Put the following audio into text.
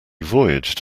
voyaged